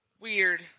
Weird